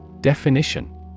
Definition